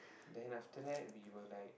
then after that we were like